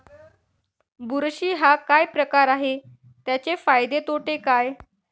बुरशी हा काय प्रकार आहे, त्याचे फायदे तोटे काय?